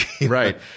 Right